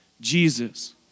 Jesus